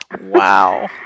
Wow